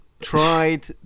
Tried